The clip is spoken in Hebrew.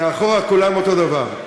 מאחור כולם אותו דבר.